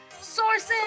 sources